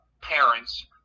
parent's